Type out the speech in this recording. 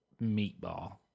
meatball